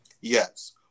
Yes